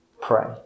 pray